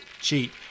cheat